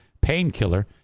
painkiller